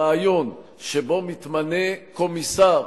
הרעיון שבו מתמנה קומיסר,